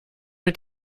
mit